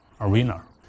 arena